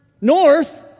north